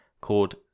called